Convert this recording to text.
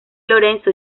lorenzo